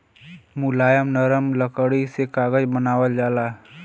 मुलायम नरम लकड़ी से कागज बनावल जाला